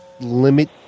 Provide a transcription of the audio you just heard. limit